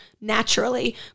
naturally